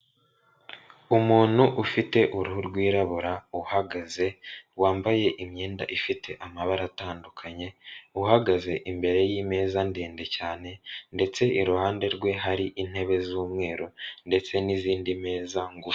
Umuntu ufite uruhu rwirabura uhagaze, wambaye imyenda ifite amabara atandukanye, uhagaze imbere y'imeza ndende cyane, ndetse iruhande rwe hari intebe z'umweru ndetse n'izindi meza ngufi.